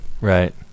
Right